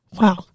Wow